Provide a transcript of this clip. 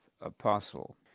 apostle